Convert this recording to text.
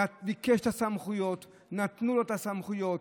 הוא ביקש את הסמכויות, נתנו לו את הסמכויות,